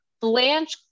Blanche